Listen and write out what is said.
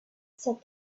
said